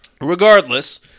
Regardless